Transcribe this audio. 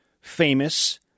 famous